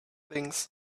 things